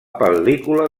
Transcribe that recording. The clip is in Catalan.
pel·lícula